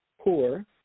poor